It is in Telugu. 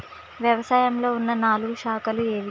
వ్యవసాయంలో ఉన్న నాలుగు శాఖలు ఏవి?